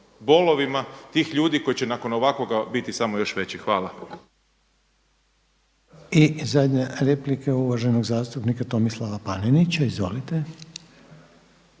bolovima tih ljudi koji će nakon ovakvoga biti samo još veći. Hvala. **Reiner, Željko (HDZ)** Hvala. I zadnja replika uvaženog zastupnika Tomislava Panenića, izvolite.